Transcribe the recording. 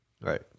right